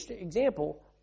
example